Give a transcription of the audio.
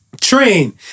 Train